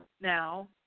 now